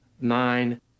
nine